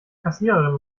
kassiererin